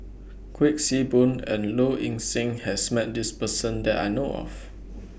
Kuik Swee Boon and Low Ing Sing has Met This Person that I know of